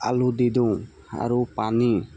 আলু দি দিওঁ আৰু পানী